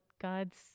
God's